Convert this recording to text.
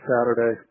Saturday